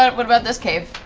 what about this cave?